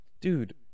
dude